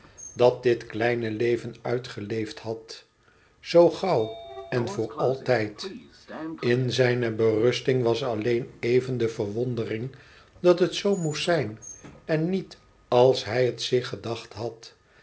dat dit kleine leven uitgeleefd had zoo gauw en voor altijd in zijne berusting was alleen éven de verwondering dat het zoo moest zijn en niet als hij het zich gedacht had